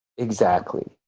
exactly.